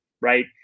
right